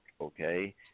okay